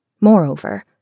Moreover